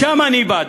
משם אני בא.